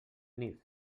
nif